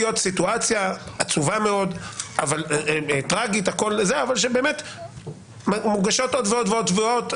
להיות סיטואציה עצובה מאוד וטרגית אבל מוגשות עוד ועוד תביעות.